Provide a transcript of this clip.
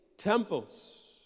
Temples